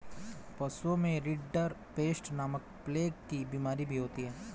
पशुओं में रिंडरपेस्ट नामक प्लेग की बिमारी भी होती है